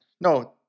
No